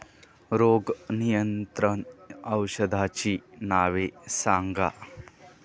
रोग नियंत्रण औषधांची नावे सांगा?